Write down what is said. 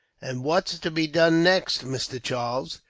and what's to be done next, mister charles?